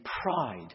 pride